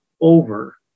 over